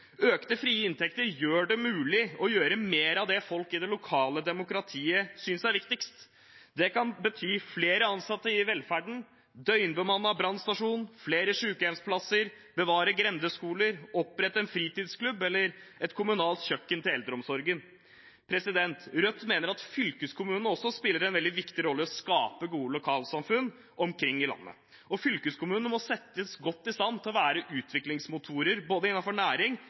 Økte frie inntekter gjør det mulig å gjøre mer av det folk i det lokale demokratiet synes er viktigst. Det kan bety flere ansatte i velferden, døgnbemannet brannstasjon, flere sykehjemsplasser, å bevare grendeskoler, å opprette en fritidsklubb eller et kommunalt kjøkken til eldreomsorgen. Rødt mener at også fylkeskommunene spiller en veldig viktig rolle i å skape gode lokalsamfunn rundt om i landet. Fylkeskommunene må settes godt i stand til å være utviklingsmotorer innenfor næring